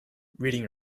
reading